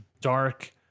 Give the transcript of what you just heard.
dark